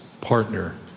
partner